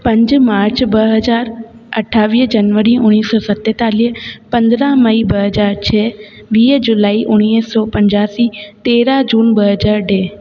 पंज मार्च ॿ हज़ार अठावीह जनवरी उणिवीह सौ सतेतालीह पंद्रहं मई ॿ हज़ार छह वीह जुलाई उणिवीह सौ पंजासी तेरहं जून ॿ हज़ार ॾह